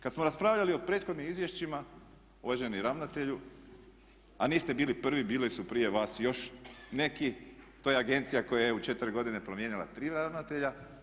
Kad smo raspravljali o prethodnim izvješćima uvaženi ravnatelju a niste prvi, bile su prije vas još neki, to je agencija koja je u 4 godine promijenila 3 ravnatelja.